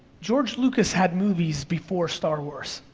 george lucas had movies before star wars.